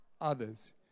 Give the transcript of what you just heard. others